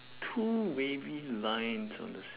two wavy lines on the s~